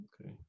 Okay